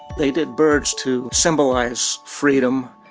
they did birds to symbolize freedom.